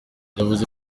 yavuze